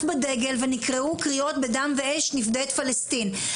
בה דגל ונקראו קריאות בדם ואש נפדה את פלשתין.